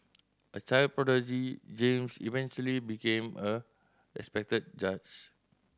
a child prodigy James eventually became a respected judge